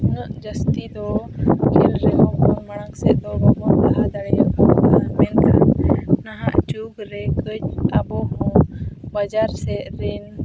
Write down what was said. ᱩᱱᱟᱹᱜ ᱡᱟᱹᱥᱛᱤ ᱫᱚ ᱠᱷᱮᱞ ᱨᱮᱦᱚᱸ ᱠᱚ ᱢᱟᱲᱟᱝ ᱥᱮᱫ ᱫᱚ ᱵᱟᱵᱚᱱ ᱞᱟᱦᱟ ᱫᱟᱲᱮᱭᱟᱜ ᱠᱟᱱᱟ ᱢᱮᱱᱠᱷᱟᱱ ᱱᱟᱦᱟᱜ ᱡᱩᱜᱽ ᱨᱮ ᱠᱟᱹᱡ ᱟᱵᱚ ᱦᱚᱸ ᱵᱟᱡᱟᱨ ᱥᱮᱜ ᱨᱤᱱ